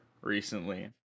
recently